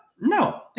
No